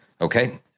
Okay